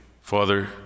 Father